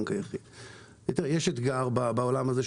יש אתגר בעולם הזה,